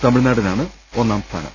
തമിഴ്നാടിനാണ് ഒന്നാംസ്ഥാനം